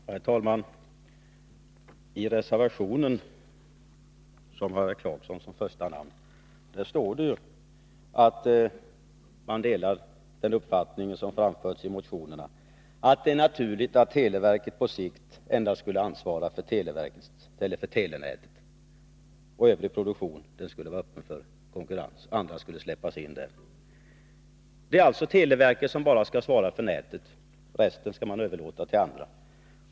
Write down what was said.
Herr talman! I reservationen, med Rolf Clarkson som första namn, står det att man delar motionärernas uppfattning, att det är naturligt att televerket på sikt endast ansvarar för telenätet. Övrig produktion bör vara öppen för konkurrens. Andra företag skall alltså släppas in. ; Televerket skall således endast ansvara för telenätet. Övrig produktion skall överlåtas till andra.